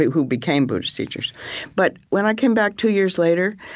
who became buddhist teachers but when i came back two years later,